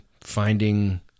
finding